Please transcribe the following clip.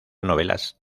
novelas